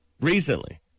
recently